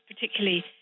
particularly